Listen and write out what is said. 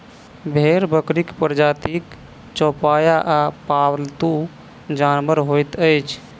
भेंड़ बकरीक प्रजातिक चौपाया आ पालतू जानवर होइत अछि